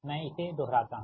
मैं इसे दोहराता हूं